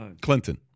Clinton